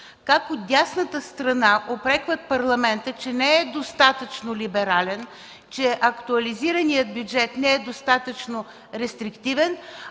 как от дясната страна упрекват Парламента, че не е достатъчно либерален, че актуализираният бюджет не е достатъчно рестриктивен,